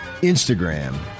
Instagram